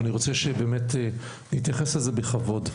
ואני רוצה שנתייחס אל זה בכבוד.